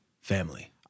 family